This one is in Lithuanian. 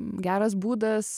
geras būdas